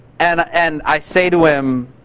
and and i say to him.